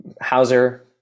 Hauser